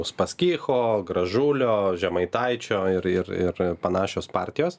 uspaskicho gražulio žemaitaičio ir ir ir panašios partijos